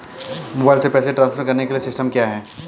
Mobile से पैसे transfer करने के लिए सिस्टम क्या है?